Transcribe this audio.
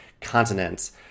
continents